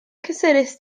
cysurus